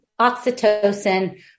oxytocin